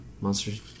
Monsters